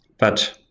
but